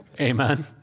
Amen